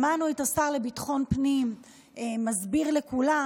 שמענו את השר לביטחון פנים מסביר לכולם,